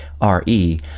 R-E